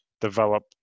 develop